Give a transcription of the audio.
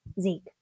Zeke